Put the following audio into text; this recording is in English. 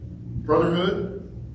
brotherhood